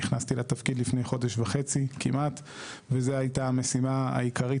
נכנסתי לתפקיד לפני חודש וחצי וזו היתה המשימה העיקרית,